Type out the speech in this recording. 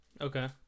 Okay